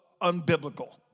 unbiblical